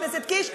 חבר הכנסת קיש,